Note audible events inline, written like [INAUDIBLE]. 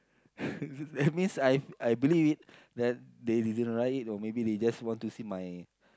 [LAUGHS] that means I've I believe it that they they didn't write it or they just want to see my